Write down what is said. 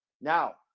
Now